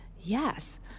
Yes